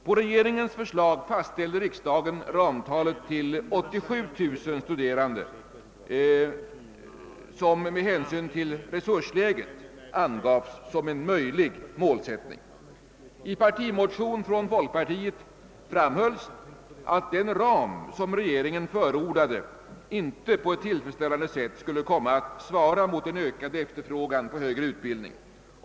På regeringens förslag fastställde riksdagen ramtalet till 87000 studerande, vilket med hänsyn till resursläget angavs som en möjlig målsättning. I en partimotion från folkpartiet framhölls att den ram som regeringen förordade inte på ett tillfredsställande sätt skulle komma att svara mot en ökad efterfrågan på högre utbildning.